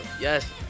Yes